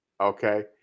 okay